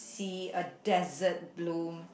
see a desert bloom